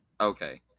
okay